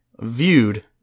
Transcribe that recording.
Viewed